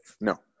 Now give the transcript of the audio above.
No